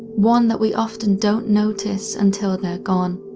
one that we often don't notice until they're gone.